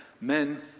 Men